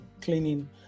cleaning